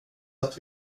att